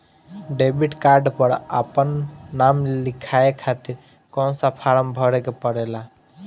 Debit card पर आपन नाम लिखाये खातिर कौन सा फारम भरे के पड़ेला?